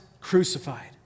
crucified